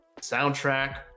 soundtrack